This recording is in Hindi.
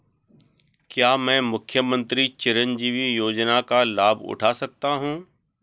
क्या मैं मुख्यमंत्री चिरंजीवी योजना का लाभ उठा सकता हूं?